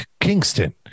Kingston